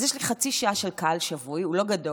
אז יש לי חצי שעה של קהל שבוי, הוא לא גדול,